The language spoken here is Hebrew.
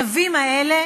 התווים האלה